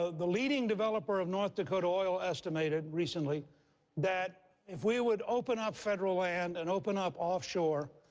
the leading developer of north dakota oil estimated recently that, if we would open up federal land and open up offshore,